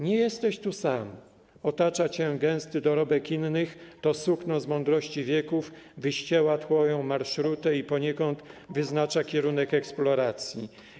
Nie jesteś tu sam, otacza cię gęsty dorobek innych, to sukno z mądrości wieków wyścieła twoją marszrutę i poniekąd wyznacza kierunek eksploracji.